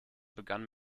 begann